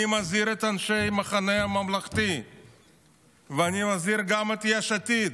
אני מזהיר את אנשי המחנה הממלכתי ואני מזהיר גם את יש עתיד: